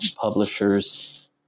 publishers